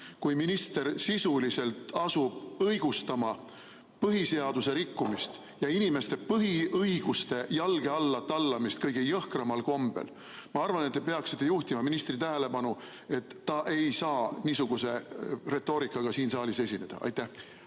kui minister sisuliselt asub õigustama põhiseaduse rikkumist ja inimeste põhiõiguste jalge alla tallamist kõige jõhkramal kombel. Ma arvan, et te peaksite juhtima ministri tähelepanu, et ta ei saa niisuguse retoorikaga siin saalis esineda. Aitäh,